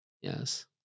yes